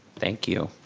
thank you.